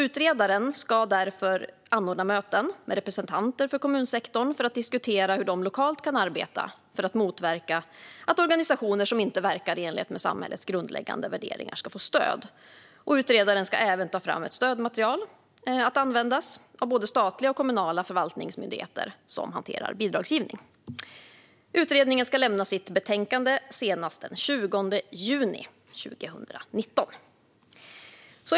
Utredaren ska därför anordna möten med representanter för kommunsektorn för att diskutera hur de lokalt kan arbeta för att motverka att organisationer som inte verkar i enlighet med samhällets grundläggande värderingar ska få stöd. Utredaren ska även ta fram ett stödmaterial som kan användas av både statliga och kommunala förvaltningsmyndigheter som hanterar bidragsgivning. Utredningen ska lämna sitt betänkande senast den 20 juni 2019.